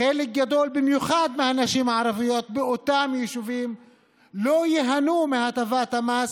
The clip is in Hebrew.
חלק גדול במיוחד מהנשים הערביות באותם יישובים לא ייהנו מהטבת המס,